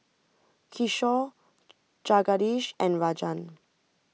Kishore Jagadish and Rajan